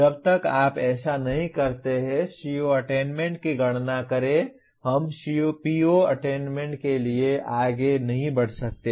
जब तक आप ऐसा नहीं करते हैं CO अटेन्मेन्ट की गणना करें हम PO अटेन्मेन्ट के लिए आगे नहीं बढ़ सकते हैं